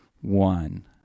one